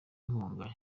inkunga